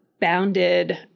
bounded